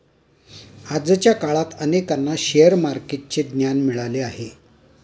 आजच्या काळात अनेकांना शेअर मार्केटचे ज्ञान मिळाले आहे